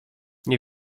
nie